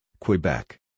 Quebec